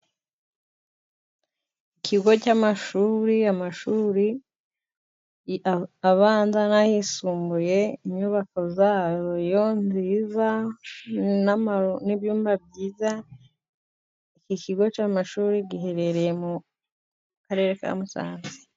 Ikigo cy'amashuri, amashuri abanza n'ayisumbuye, inyubako zayo nziza n'ibyumba byiza. Iki kigo cy'amashuri giherereye mu karere ka Musanze.